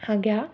हां घ्या